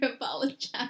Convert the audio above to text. apologize